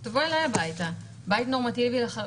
מה שאמרה עו"ד הר אבן היא נקודה חשובה,